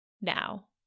now